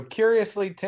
curiously